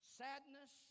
sadness